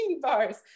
bars